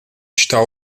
está